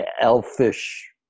elfish